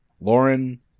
Lauren